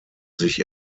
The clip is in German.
sich